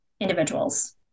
individuals